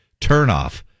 turnoff